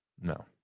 No